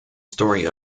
story